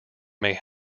may